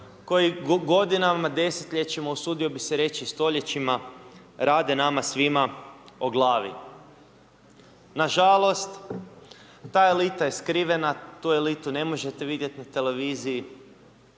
koji godinama, desetljećima, usudio bih se reći i stoljećima rade nama svima o glavi? Nažalost, ta elita je skrivena, tu elitu ne možete vidjeti na televiziji,